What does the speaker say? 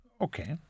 Okay